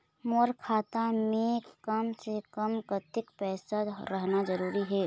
मोर खाता मे कम से से कम कतेक पैसा रहना जरूरी हे?